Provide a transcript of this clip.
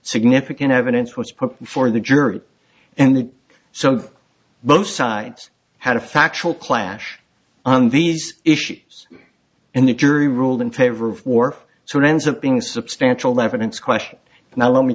significant evidence was put before the jury and so both sides had a factual clash on these issues and the jury ruled in favor of war so it ends up being substantial evidence question now let me